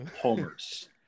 homers